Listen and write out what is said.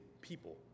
people